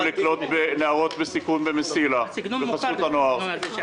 לקלוט נערות בסיכון ב"מסילה" בחסות הנוער,